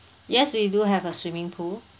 yes we do have a swimming pool